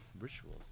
Rituals